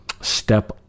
step